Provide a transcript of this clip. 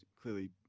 clearly